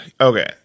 okay